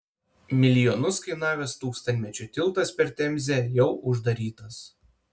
milijonus kainavęs tūkstantmečio tiltas per temzę jau uždarytas